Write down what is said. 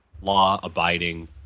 law-abiding